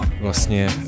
vlastně